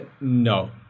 no